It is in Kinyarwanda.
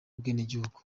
bwenegihugu